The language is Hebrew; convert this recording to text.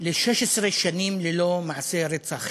ל-16 שנים ללא מעשה רצח אחד.